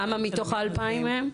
כמה מתוך ה-2,000 הן?